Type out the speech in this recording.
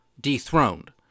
dethroned